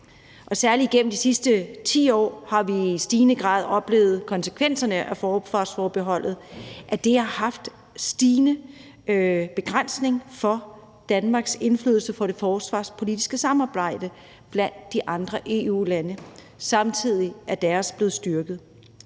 og særlig igennem de sidste 10 år har vi i stigende grad oplevet konsekvenserne af forsvarsforbeholdet: Det har haft stigende begrænsning for Danmarks indflydelse på det forsvarspolitiske samarbejde blandt de andre EU-lande, og samtidig er deres blevet styrket.